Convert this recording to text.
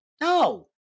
No